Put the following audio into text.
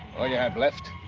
all you have left